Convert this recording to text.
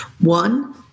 One